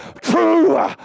True